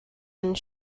and